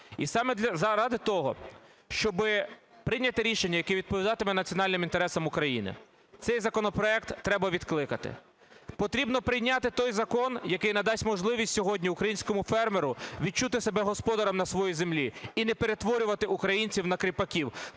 І саме заради того, щоб прийняти рішення, яке відповідатиме національним інтересам України, цей законопроект треба відкликати. Потрібно прийняти той закон, який надасть можливість сьогодні українському фермеру відчути себе господарем на своїй землі і не перетворювати українців на кріпаків.